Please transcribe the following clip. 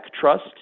trust